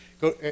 Go